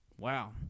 Wow